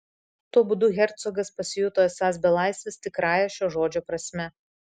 tuo būdu hercogas pasijuto esąs belaisvis tikrąja šio žodžio prasme